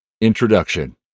Introduction